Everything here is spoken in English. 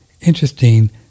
interesting